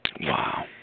Wow